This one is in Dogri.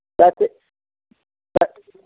बस